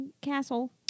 castle